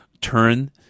turn